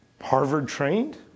Harvard-trained